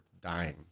dying